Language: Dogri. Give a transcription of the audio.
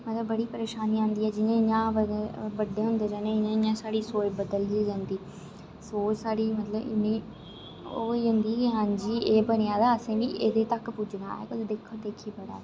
अग्गै बड़िया परेशानियां औंदियां जि'यां जि'यां बड्डे होंदे जन्ने इ'यां इ'यां साढ़ी सोच बदलदी जंदी सोच साढ़ी मतलब इन्नी ओह् होई जंदी कि एह् बने दा है असें ही एह्दे तक पुज्जना ऐ देक्खो देक्खी बधा दी ऐ